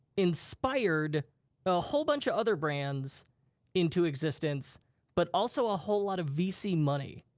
inspired a whole bunch of other brands into existence but also a whole lot of vc money.